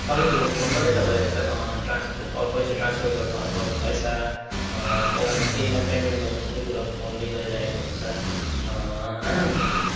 सबै कुरो फोनबाटै त भइहाल्छ ट्रान्सफर पैसा ट्रान्सफर गर्नु अथवा पैसा केही केहीमा पेमेन्ट गर्नु सबै कुरो फोनले गरिरहेको हुन्छ